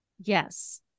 Yes